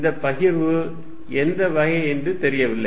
இந்த பகிர்வு எந்த வகை என்று தெரியவில்லை